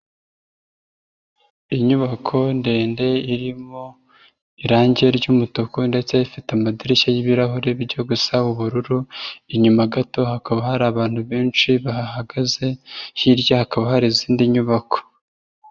Inyubako ndende irimo irangi ry'umutuku ndetse ifite amadirishya y'ibirahure byo gusaba ubururu inyuma gato hakaba hari abantu benshi bahagaze hirya hakaba hari izindi nyubako.